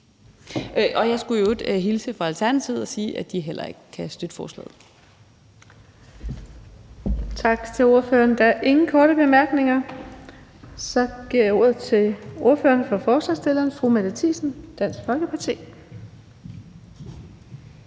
Jeg skulle i øvrigt hilse fra Alternativet og sige, at de heller ikke kan støtte forslaget. Kl. 17:34 Den fg. formand (Birgitte Vind): Tak til ordføreren. Der er ingen korte bemærkninger. Så giver jeg ordet til ordføreren for forslagsstillerne, fru Mette Thiesen, Dansk Folkeparti.